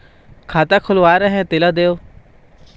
खाता खुलवाय रहे तेला देव?